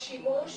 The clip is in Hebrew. שימוש